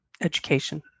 education